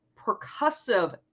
percussive